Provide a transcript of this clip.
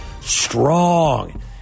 strong